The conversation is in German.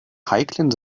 heiklen